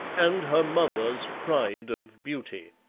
and her mother's pride of beauty.